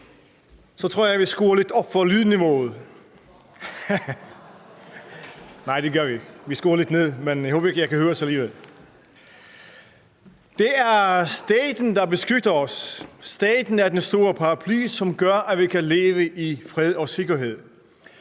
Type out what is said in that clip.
Så tror jeg, at jeg vil skrue lidt op for lydniveauet. Nej, det gør vi ikke. Vi skruer lidt ned, men jeg håber, jeg kan høres alligevel. Det er staten, der beskytter os. Staten er den store paraply, som gør, at vi kan leve i fred og sikkerhed.